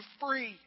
free